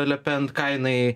le pen ką jinai